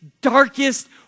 darkest